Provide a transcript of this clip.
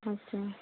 okay